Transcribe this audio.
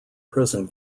prison